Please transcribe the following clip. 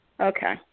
Okay